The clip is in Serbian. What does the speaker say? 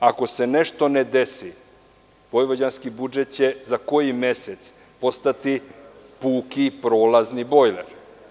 Ako se nešto ne desi vojvođanski budžet će za koji mesec postati puki prolazni bojler.